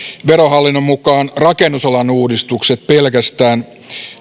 verohallinnon mukaan rakennusalan uudistukset pelkästään